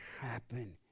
happen